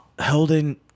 Holding